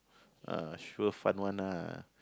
uh sure fun one ah